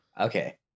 okay